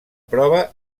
prova